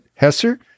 Hesser